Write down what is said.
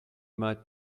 might